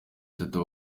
atatu